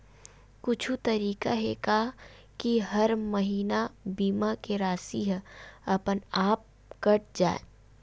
कुछु तरीका हे का कि हर महीना बीमा के राशि हा अपन आप कत जाय?